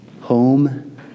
home